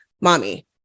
mommy